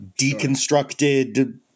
deconstructed